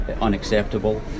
unacceptable